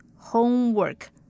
Homework